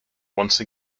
once